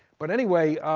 but anyway,